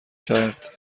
کرد